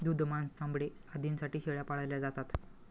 दूध, मांस, चामडे आदींसाठी शेळ्या पाळल्या जातात